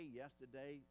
yesterday